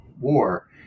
War